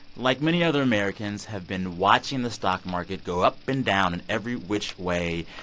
like many other americans, have been watching the stock market go up and down and every which way.